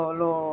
lo